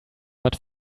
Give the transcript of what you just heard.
but